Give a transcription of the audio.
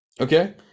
Okay